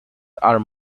are